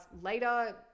later